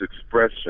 expression